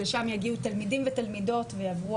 שלשם יגיעו תלמידים ותלמידות ויעברו